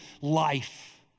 life